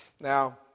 Now